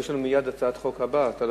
ומייד יש לנו הצעת חוק נוספת.